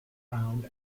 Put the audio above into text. crown